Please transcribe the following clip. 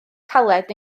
caled